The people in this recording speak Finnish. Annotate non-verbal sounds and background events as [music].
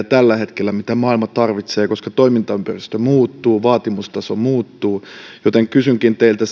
[unintelligible] tällä hetkellä sellaisia diplomaatteja mitä maailma tarvitsee koska toimintaympäristö muuttuu ja vaatimustaso muuttuu kysynkin teiltä [unintelligible]